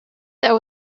there